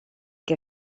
què